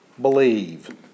Believe